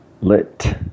lit